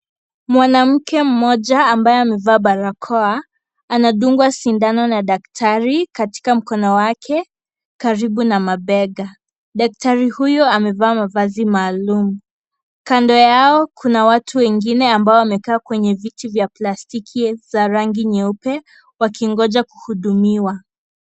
Mwanamke mmoja ambaye amevaa barakoa anadungwa sindano na daktari katika mkono wake karibu na mabega. Daktari huyu amevaa mavazi maalum. Kando yao kuna watu wengine ambao wamekaa kwenye viti vya plastiki za rangi nyeupe wakingoja kuhudumiwa.